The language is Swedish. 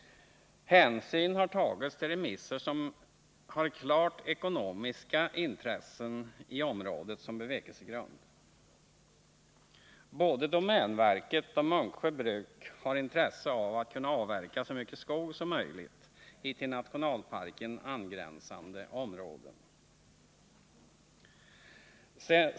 Hänsyn har tagits till remisser som har klart ekonomiska intressen i området som bevekelsegrund. Både domänverket och Munksjö bruk har intresse av att kunna avverka så mycket skog som möjligt i till nationalparken angränsande områden.